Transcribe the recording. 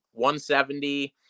170